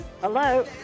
Hello